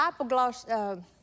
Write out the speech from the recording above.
hypogloss